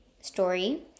story